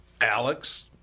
Alex